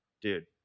dude